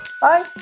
Bye